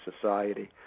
society